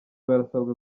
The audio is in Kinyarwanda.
barasabwa